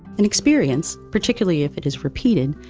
an experience, particularly if it is repeated,